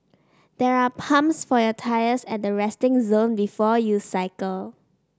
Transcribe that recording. there are pumps for your tyres at the resting zone before you cycle